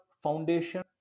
foundation